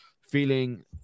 feeling